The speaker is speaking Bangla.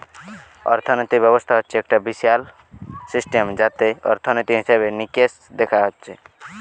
অর্থিনীতি ব্যবস্থা হচ্ছে একটা বিশাল সিস্টেম যাতে অর্থনীতি, হিসেবে নিকেশ দেখা হচ্ছে